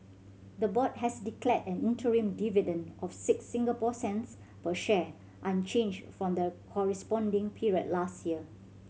the board has declared an interim dividend of six Singapore cents per share unchanged from the corresponding period last year